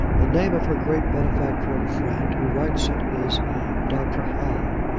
the name of her great benefactor and friend, who writes it, is dr. howe.